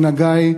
מן הגיא,